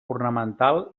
ornamental